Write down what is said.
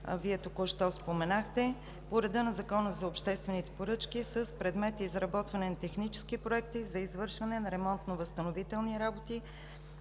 Вие току-що споменахте, по реда на Закона за обществените поръчки с предмет – изработване на технически проекти за извършване на ремонтно-възстановителни работи